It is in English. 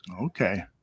Okay